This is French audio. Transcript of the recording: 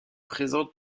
présente